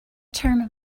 term